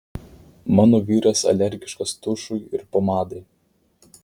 mano vyras alergiškas tušui ir pomadai